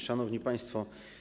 Szanowni Państwo!